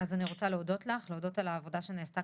אני רוצה להודות לך על העבודה שנעשתה